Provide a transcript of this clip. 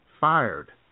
fired